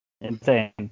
insane